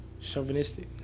Chauvinistic